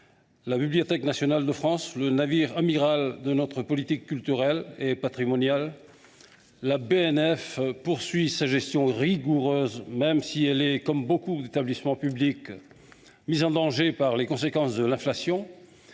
la Bibliothèque nationale de France (BNF), navire amiral de notre politique culturelle et patrimoniale. La BNF poursuit sa gestion rigoureuse, même si elle est, comme beaucoup d’établissements publics, mise en danger par les conséquences de l’inflation,